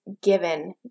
given